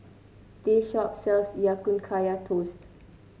this shop sells Ya Kun Kaya Toast